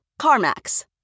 CarMax